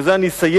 ובזה אני אסיים,